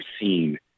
seen